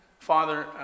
Father